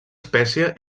espècie